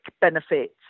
benefits